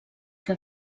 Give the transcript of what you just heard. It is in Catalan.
que